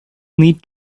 need